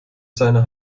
seiner